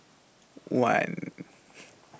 one